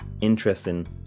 Interesting